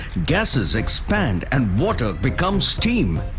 gases expand and water becomes steam,